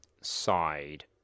side